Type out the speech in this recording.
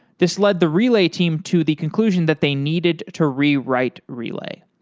this led the relay team to the conclusion that they needed to rewrite relay.